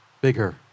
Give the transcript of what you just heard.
bigger